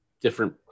different